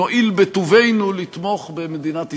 נואיל בטובנו לתמוך במדינת ישראל.